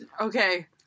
Okay